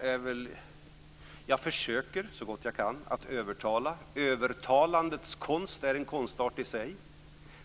Fru talman! Så gott jag kan försöker jag övertala. Övertalandets konst är en konstart i sig.